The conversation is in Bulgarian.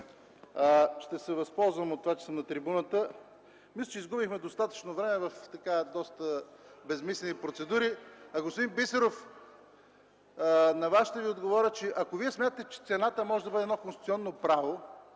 Ще се възползвам от това, че съм на трибуната. (Шум и реплики.) Мисля, че изгубихме достатъчно време в доста безсмислени процедури. Господин Бисеров, на Вас ще Ви отговоря следното. Ако Вие смятате, че цената може да бъде конституционно право